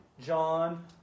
John